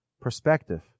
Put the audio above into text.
perspective